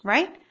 Right